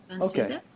Okay